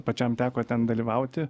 pačiam teko ten dalyvauti